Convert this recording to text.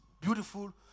beautiful